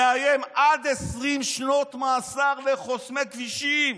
הוא איים: עד 20 שנות מאסר לחוסמי כבישים.